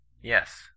Yes